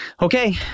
Okay